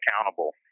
accountable